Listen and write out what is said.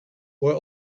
were